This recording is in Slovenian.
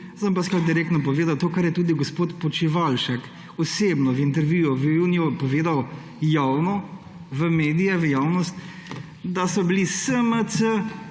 bom pa skoraj direktno povedal. To, kar je tudi gospod Počivalšek osebno v intervjuju v juniju povedal javno v medijih v javnost, da so bili SMC